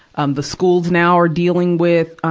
um the schools now are dealing with, um,